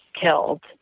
killed